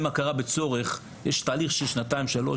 הכרה בצורך יש תהליך של שנתיים שלוש,